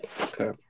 Okay